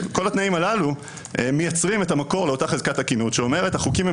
כל התנאים הללו מייצרים את המקור לאותה חזקת תקינות שאומרת: החוקים הם